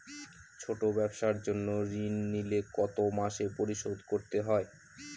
ছোট ব্যবসার জন্য ঋণ নিলে কত মাসে পরিশোধ করতে হয়?